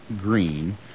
Green